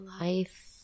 Life